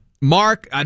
mark